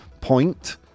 point